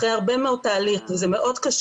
אחרי תהליך ארוך מאוד וזה מאוד קשה,